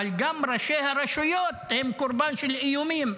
אבל גם ראשי הרשויות הם קורבן של איומים,